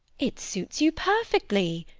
it suits you perfectly.